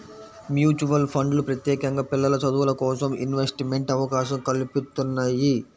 mutual ఫండ్లు ప్రత్యేకంగా పిల్లల చదువులకోసం ఇన్వెస్ట్మెంట్ అవకాశం కల్పిత్తున్నయ్యి